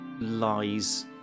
lies